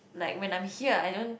like when I'm here I don't